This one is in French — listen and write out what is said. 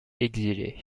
exilé